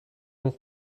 nog